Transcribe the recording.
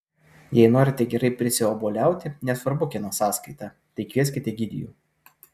jei norite gerai prisiobuoliauti nesvarbu kieno sąskaita tai kvieskit egidijų